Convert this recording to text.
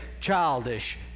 childish